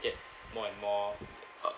get more and more uh